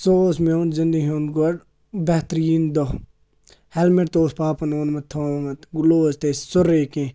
سُہ اوس میون زِندگی ہُنٛد گۄڈٕ بہتریٖن دۄہ ہٮ۪لمِٹ تہِ اوس پاپَن اوٚنمُت تھومُت گٕلوز تہِ ٲسۍ سورُے کیٚنٛہہ